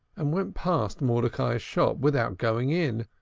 and went past mordecai's shop without going in,